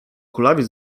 kulawiec